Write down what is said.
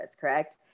correct